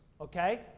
okay